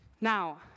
Now